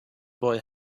boy